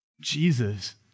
Jesus